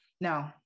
no